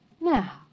Now